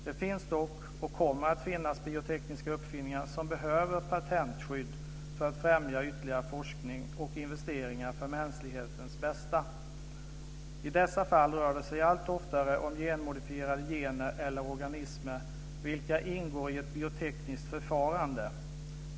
Det finns dock och kommer att finnas biotekniska uppfinningar som behöver patentskydd för att främja ytterligare forskning och investeringar för mänsklighetens bästa. I dessa fall rör det sig allt oftare om genmodifierade gener eller organismer vilka ingår i ett biotekniskt förfarande.